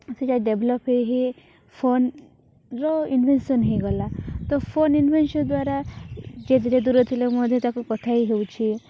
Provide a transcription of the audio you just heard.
ସେଇଟା ଡେଭ୍ଲପ୍ ହୋଇ ହୋଇ ଫୋନ୍ର ଇନ୍ଭେନ୍ସନ୍ ହୋଇଗଲା ତ ଫୋନ୍ ଇନ୍ଭେନ୍ସନ୍ ଦ୍ଵାରା ଯିଏ ଯେତେ ଦୂରରେ ଥିଲେ ମଧ୍ୟ ତାକୁ କଥା ହେଇହେଉଛି